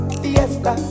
fiesta